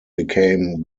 became